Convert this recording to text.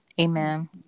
amen